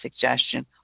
suggestion